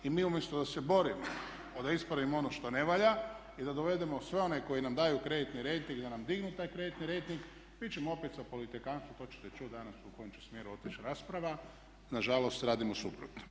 I mi umjesto da se borimo da ispravimo ono što ne valja i da dovedemo sve one koji nam daju kreditni rejting da nam dignu taj kreditni rejting mi ćemo opet sa politikantstvom to ćete čuti danas u kojem će smjeru otići rasprava nažalost radimo suprotno.